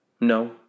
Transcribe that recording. no